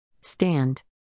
Stand